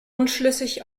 unschlüssig